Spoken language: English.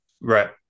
Right